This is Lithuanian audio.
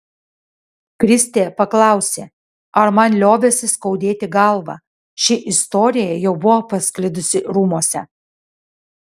kristė paklausė ar man liovėsi skaudėti galvą ši istorija jau buvo pasklidusi rūmuose